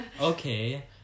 okay